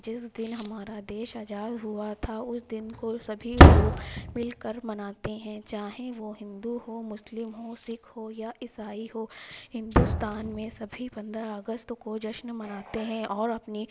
جس دن ہمارا دیش آزاد ہوا تھا اس دن کو سبھی لوگ مل کر مناتے ہیں چاہیں وہ ہندو ہو مسلم ہو سکھ ہو یا عیسائی ہو ہندوستان میں سبھی پندرہ اگست کو جشن مناتے ہیں اور اپنی